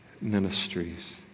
ministries